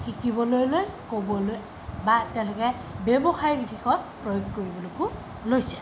শিকিবলৈ লৈ ক'বলৈ বা তেওঁলোকে ব্যৱসায়িক দিশত প্ৰয়োগ কৰিবলৈকো লৈছে